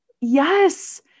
yes